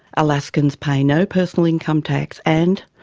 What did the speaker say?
alaskans pay no personal income tax and,